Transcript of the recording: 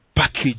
Package